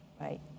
right